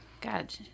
God